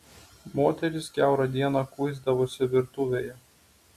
moterys kiaurą dieną kuisdavosi virtuvėje